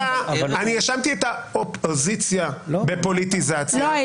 אני האשמתי את האופוזיציה בפוליטיזציה -- לא.